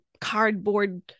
cardboard